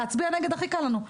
להצביע נגד הכי קל לנו.